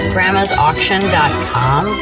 Grandma'sAuction.com